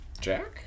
Jack